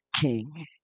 king